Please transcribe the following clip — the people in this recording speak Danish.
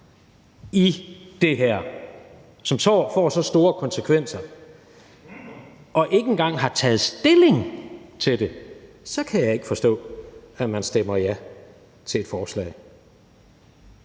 i det her, som vil få så store konsekvenser, og ikke engang har taget stilling til det, så kan jeg ikke forstå, at man stemmer ja til forslaget.